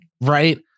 right